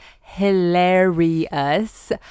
hilarious